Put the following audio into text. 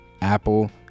Apple